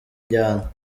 njyana